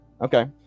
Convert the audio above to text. Okay